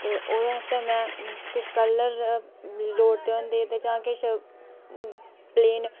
ते ओह्दे आस्तै में किश कल्लर लोड़दे न ते जां किश प्लेन